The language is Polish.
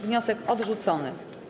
Wniosek odrzucony.